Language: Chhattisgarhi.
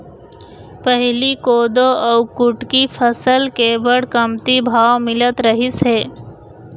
पहिली कोदो अउ कुटकी फसल के बड़ कमती भाव मिलत रहिस हे